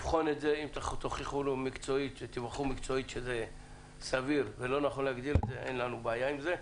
אם תוכיחו מקצועית שאני טועה, אין לנו בעיה עם זה.